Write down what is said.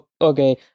okay